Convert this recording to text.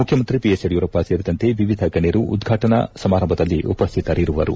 ಮುಖ್ಯಮಂತ್ರಿ ಬಿಎಸ್ ಯಡಿಯೂರಪ್ಪ ಸೇರಿದಂತೆ ವಿವಿಧ ಗಣ್ಯರು ಉದ್ಘಾಟನಾ ಸಮಾರಂಭದಲ್ಲಿ ಉಪಸ್ವಿತರಿರುವರು